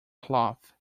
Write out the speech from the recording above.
cloth